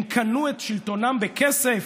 הם קנו את שלטונם בכסף?